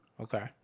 Okay